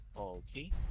Okay